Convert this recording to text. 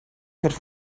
could